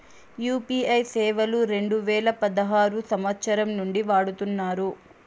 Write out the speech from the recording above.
UPI సేవలు రెండు వేల పదహారు సంవచ్చరం నుండి వాడుతున్నారు